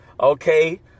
okay